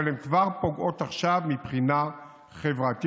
אבל הן פוגעות כבר עכשיו מבחינה חברתית.